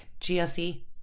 GSE